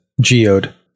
Geode